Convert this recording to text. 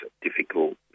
difficult